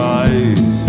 eyes